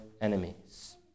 enemies